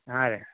ಹಾಂ ರೀ